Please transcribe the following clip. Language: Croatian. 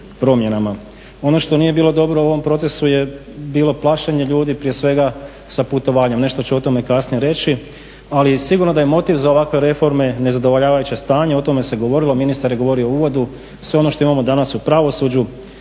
Ono što nije bilo dobro u ovom procesu je bilo plašenje ljudi prije svega sa putovanjem. Nešto ću o tome kasnije reći, ali sigurno da je motiv za ovakve reforme nezadovoljavajuće stanje. O tome se govorilo, ministar je govorio u uvodu. Sve ono što imamo danas u pravosuđu.